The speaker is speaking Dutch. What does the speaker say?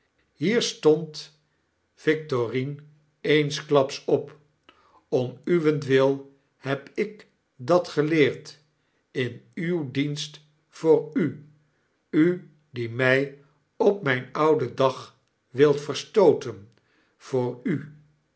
hier stond victorine eensklaps op om uwentwil heb ik dat geleerd in uw dienst voor u u die mg op mijn ouden dag wilt verstooten voor u